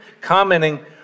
commenting